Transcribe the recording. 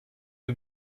pas